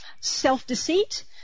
self-deceit